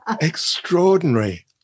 Extraordinary